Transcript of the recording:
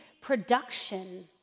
production